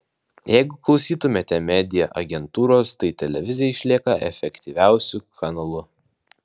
jeigu klausytumėte media agentūros tai televizija išlieka efektyviausiu kanalu